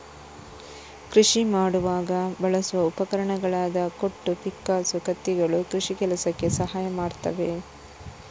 ಕೃಷಿ ಮಾಡುವಾಗ ಬಳಸುವ ಉಪಕರಣಗಳಾದ ಕೊಟ್ಟು, ಪಿಕ್ಕಾಸು, ಕತ್ತಿಗಳು ಕೃಷಿ ಕೆಲಸಕ್ಕೆ ಸಹಾಯ ಮಾಡ್ತವೆ